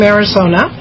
Arizona